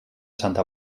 santa